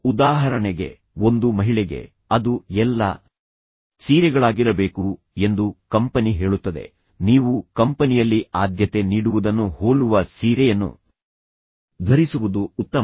ಉದಾಹರಣೆಗೆ ಒಂದು ಮಹಿಳೆಗೆ ಅದು ಎಲ್ಲಾ ಸೀರೆಗಳಾಗಿರಬೇಕು ಎಂದು ಕಂಪನಿ ಹೇಳುತ್ತದೆ ನೀವು ಕಂಪನಿಯಲ್ಲಿ ಆದ್ಯತೆ ನೀಡುವುದನ್ನು ಹೋಲುವ ಸೀರೆಯನ್ನು ಧರಿಸುವುದು ಉತ್ತಮ